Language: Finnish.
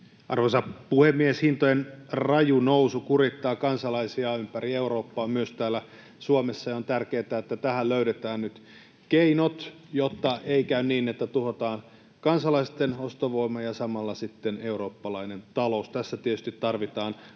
Arvoisa puhemies! Hintojen raju nousu kurittaa kansalaisia ympäri Eurooppaa, myös täällä Suomessa, ja on tärkeätä, että tähän löydetään nyt keinot, jotta ei käy niin, että tuhotaan kansalaisten ostovoima ja samalla sitten eurooppalainen talous. Tässä tietysti tarvitaan